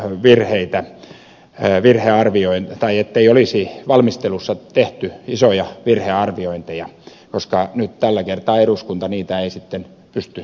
virheitä ei virhearvioin tai ettei olisi valmistelussa tehty isoja virhearviointeja koska nyt tällä kertaa eduskunta niitä ei sitten pysty korjaamaan